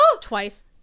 twice